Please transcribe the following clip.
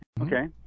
Okay